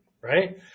right